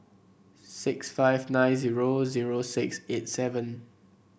six five nine zero zero six eight seven